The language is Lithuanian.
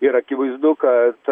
ir akivaizdu kad